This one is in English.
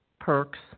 perks